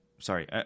Sorry